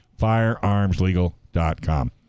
firearmslegal.com